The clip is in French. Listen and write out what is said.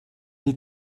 les